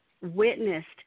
witnessed